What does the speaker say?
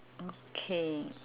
okay